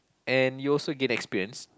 and you also gain experience